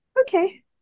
okay